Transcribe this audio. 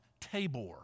Tabor